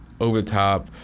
over-the-top